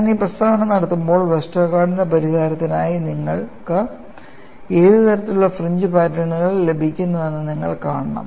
ഞാൻ ഈ പ്രസ്താവന നടത്തുമ്പോൾ വെസ്റ്റർഗാർഡിന്റെ പരിഹാരത്തിനായി നിങ്ങൾക്ക് ഏത് തരത്തിലുള്ള ഫ്രിഞ്ച് പാറ്റേണുകൾ ലഭിക്കുന്നുവെന്ന് നിങ്ങൾ കാണണം